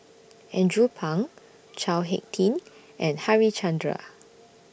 Andrew Phang Chao Hick Tin and Harichandra